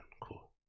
cool